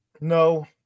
No